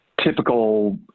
typical